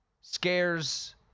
scares